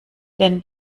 denn